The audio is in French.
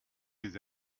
les